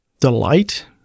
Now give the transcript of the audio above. delight